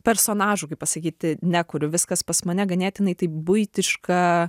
personažų kaip pasakyti nekuriu viskas pas mane ganėtinai taip buitiška